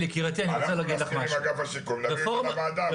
נסכים עם אגף השיקום להביא את זה לוועדה,